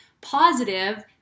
positive